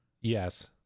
Yes